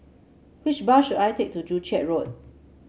which bus should I take to Joo Chiat Road